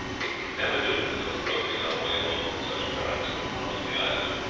it would never do to go groping our way along with such currents as run among the islands.